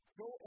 go